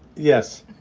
yes.